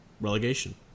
relegation